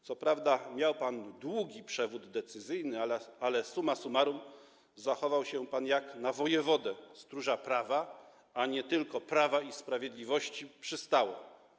Co prawda, miał pan długi przewód decyzyjny, ale suma summarum zachował się pan jak na wojewodę, stróża prawa, a nie tylko Prawa i Sprawiedliwości, przystało.